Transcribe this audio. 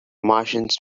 martians